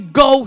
go